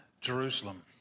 Jerusalem